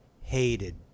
hated